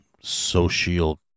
social